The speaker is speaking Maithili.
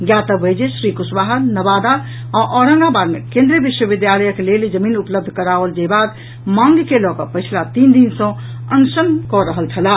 ज्ञातव्य अछि जे श्री कुशवाहा नवादा आ औरंगाबाद मे केन्द्रीय विद्यालयक लेल जमीन उपलब्ध कराओल जेबाक मांग के लऽ कऽ पछिला तीन दिन सँ अनशन कऽ रहल छलाह